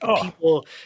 people